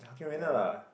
the other one